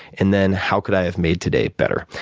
and then how could i have made today better?